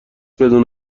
بدون